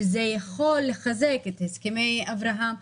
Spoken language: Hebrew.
שזה יכול לחזק את הסכמי אברהם,